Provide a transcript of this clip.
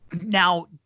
Now